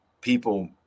people